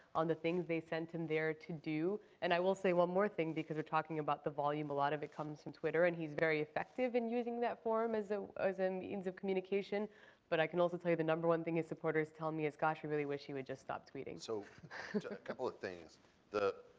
on the things they sent him there to do. and i will say one more thing because we're talking about the volume a lot of it comes from twitter and he's very effective in using that form as a means of communication but i can also tell you the number one thing his supporters tell me is, gosh, we really wish he would just stop tweeting. so a couple of things the